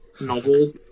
novel